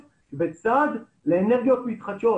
רק מאיזו שהיא סיבה לא ברורה לא דיברו איתנו.